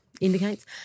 indicates